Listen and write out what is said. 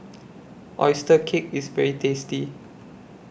Oyster Cake IS very tasty